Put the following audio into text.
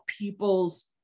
people's